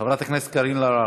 חברת הכנסת קארין אלהרר,